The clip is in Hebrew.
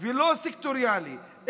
לא סקטוריאלי,